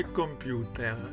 computer